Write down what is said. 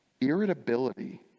irritability